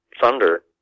thunder